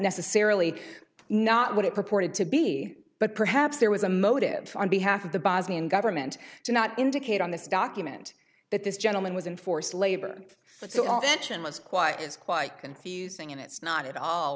necessarily not what it purported to be but perhaps there was a motive on behalf of the bosnian government to not indicate on this document that this gentleman was in forced labor so all the action was quite it's quite confusing and it's not at all